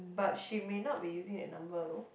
but she may not be using that number though